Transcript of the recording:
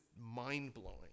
mind-blowing